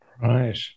Right